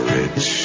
rich